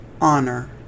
honor